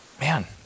Man